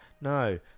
No